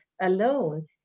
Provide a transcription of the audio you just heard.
alone